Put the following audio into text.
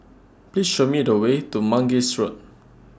Please Show Me The Way to Mangis Road